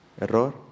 Error